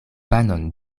panon